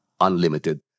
unlimited